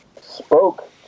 spoke